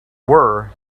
were